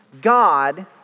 God